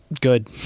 good